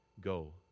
go